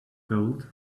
gold